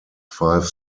five